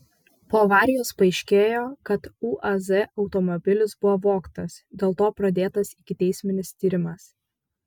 po avarijos paaiškėjo kad uaz automobilis buvo vogtas dėl to pradėtas ikiteisminis tyrimas